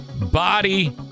body